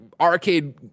arcade